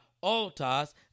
altars